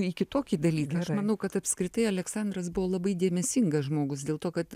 į kitokį dalyką aš manau kad apskritai aleksandras buvo labai dėmesingas žmogus dėl to kad